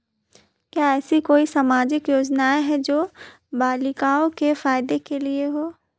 क्या ऐसी कोई सामाजिक योजनाएँ हैं जो बालिकाओं के फ़ायदे के लिए हों?